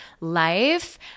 life